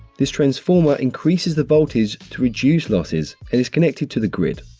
this transformer increases the voltage to reduce losses and is connected to the grid.